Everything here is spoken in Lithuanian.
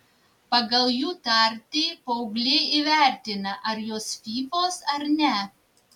pagal jų tartį paaugliai įvertina ar jos fyfos ar ne